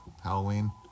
Halloween